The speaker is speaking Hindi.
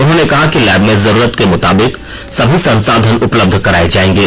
उन्होंने कहा कि लैब में जरूरत के मुताबिक सभी संसाधन उपलब्ध कराये जायेंगे